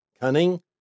cunning